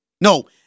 No